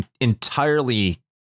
entirely